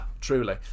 truly